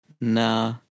Nah